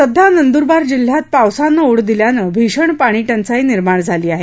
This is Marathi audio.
सध्या नंदुरबार जिल्ह्यात पावसानं ओढ दिल्यानं भीषण पाणी टंचाई निर्माण झाली आहे